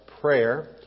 prayer